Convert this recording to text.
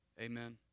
Amen